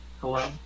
Hello